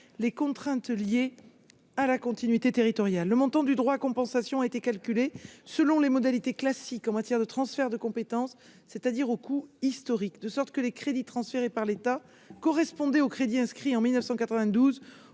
les contraintes liées à la continuité territoriale, le montant du droit à compensation était calculé selon les modalités classiques en matière de transferts de compétences, c'est-à-dire au coût historique de sorte que les crédits transférés par l'État correspondait aux crédits inscrits en 1992